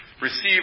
Receive